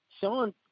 Sean